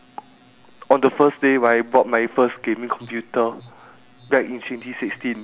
like it's more of a shopping district as you can see a variety a variety of shops